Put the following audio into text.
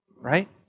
Right